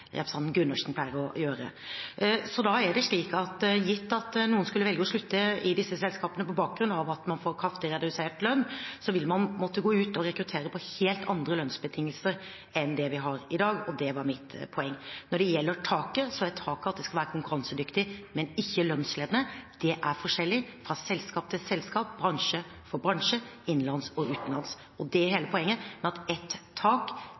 representanten Gundersen pleier å gjøre. Så da er det slik at gitt at noen skulle velge å slutte i disse selskapene på bakgrunn av at man får kraftig redusert lønn, vil man måtte gå ut og rekruttere på helt andre lønnsbetingelser enn det vi har i dag, og det var mitt poeng. Når det gjelder taket, er taket at det skal være konkurransedyktig, men ikke lønnsledende. Det er forskjellig fra selskap til selskap, fra bransje til bransje innenlands og utenlands. Det er hele poenget med at ett tak